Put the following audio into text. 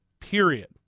Period